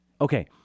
Okay